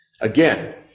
Again